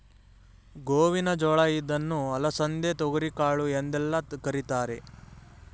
ಗೋವಿನ ಜೋಳ ಇದನ್ನು ಅಲಸಂದೆ, ತೊಗರಿಕಾಳು ಎಂದೆಲ್ಲ ಕರಿತಾರೆ